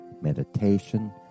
meditation